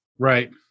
Right